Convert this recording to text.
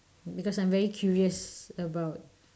because I'm very curious about